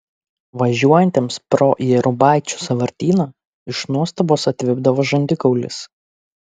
važiuojantiems pro jėrubaičių sąvartyną iš nuostabos atvipdavo žandikaulis